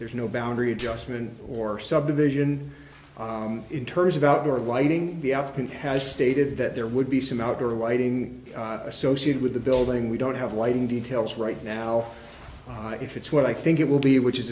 there is no boundary adjustment or subdivision in terms of outdoor lighting the up and has stated that there would be some outdoor lighting associated with the building we don't have lighting details right now if it's what i think it will be which is